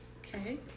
Okay